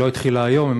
לא התחילה היום,